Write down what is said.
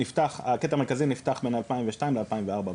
הקטע המרכזי נפתח בין 2002 ל- 2004 בהדרגה.